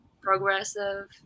Progressive